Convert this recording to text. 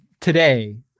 today